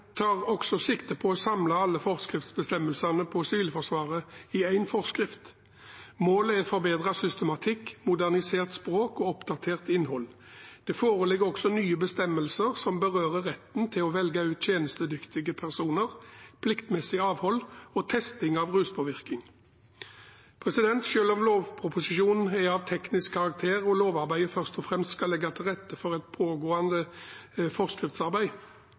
tar også sikte på å samle alle forskriftsbestemmelsene for Sivilforsvaret i én forskrift. Målet er forbedret systematikk, modernisert språk og oppdatert innhold. Det foreligger også nye bestemmelser som berører retten til å velge ut tjenestedyktige personer, pliktmessig avhold og testing av ruspåvirkning. Selv om lovproposisjonen er av teknisk karakter og lovarbeidet først og fremst skal legge til rette for et pågående forskriftsarbeid,